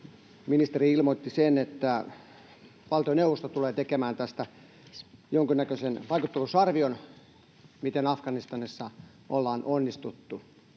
ministeri ilmoitti sen, että valtioneuvosto tulee tekemään jonkun näköisen vaikuttavuusarvion, miten Afganistanissa ollaan onnistuttu.